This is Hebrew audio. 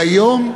היום,